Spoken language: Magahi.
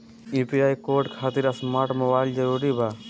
यू.पी.आई कोड खातिर स्मार्ट मोबाइल जरूरी बा?